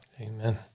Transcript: Amen